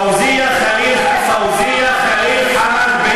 פאוזיה ח'ליל חאמד,